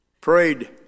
prayed